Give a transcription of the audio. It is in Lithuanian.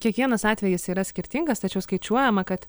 kiekvienas atvejis yra skirtingas tačiau skaičiuojama kad